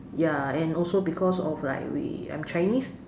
ya and also because of like we I am Chinese